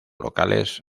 locales